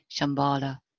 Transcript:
Shambhala